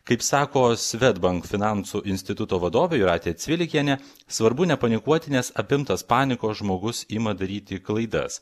kaip sako swedbank finansų instituto vadovė jūratė cvilikienė svarbu nepanikuoti nes apimtas panikos žmogus ima daryti klaidas